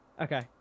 Okay